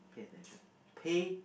pay attention pay